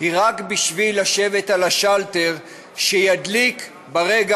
היא רק בשביל לשבת על השלטר שידליק ברגע